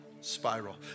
spiral